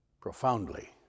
profoundly